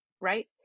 right